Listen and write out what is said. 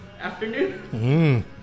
afternoon